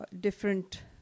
different